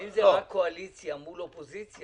אם זה רק קואליציה מול אופוזיציה,